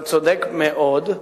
אתה צודק מאוד.